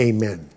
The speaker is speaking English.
Amen